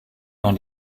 dont